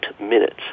minutes